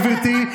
גברתי,